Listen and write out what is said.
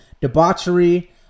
debauchery